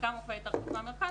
חלקם מופעי תרבות מהמרכז,